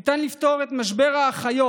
ניתן לפתור את משבר האחיות: